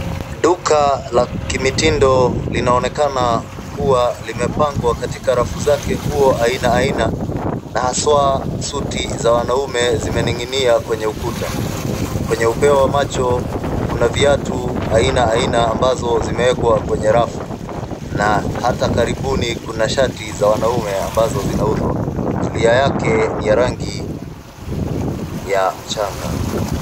Duka la kimitindo linaonekana kuwa limepangwa katika rafu zake nguo aina aina na haswa suti za wanaume zimening'inia kwenye ukuta. Kwenye upeo wa macho kuna viatu aina aina, ambazo zimewekwa kwenye rafu na hata karibuni kuna shati za wanaume ambazo zinauzwa. Zulia yake ni ya rangi ya mchanga.